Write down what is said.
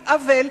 היא עוול,